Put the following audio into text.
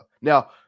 now